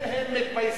אם הם מתפייסים,